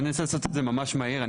אז אני רוצה לעשות את זה ממש מהר.